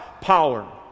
power